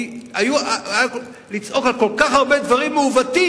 כי לצעוק על כל כך הרבה דברים מעוותים,